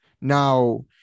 now